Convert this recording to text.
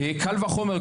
קל וחומר,